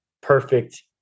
perfect